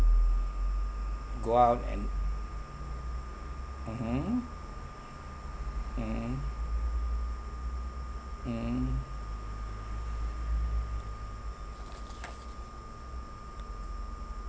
go out and mmhmm mm mm